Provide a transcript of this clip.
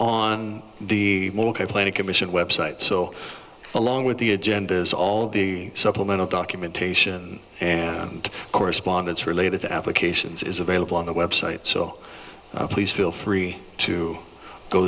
the planning commission website so along with the agendas all the supplemental documentation and correspondence related applications is available on the website so please feel free to go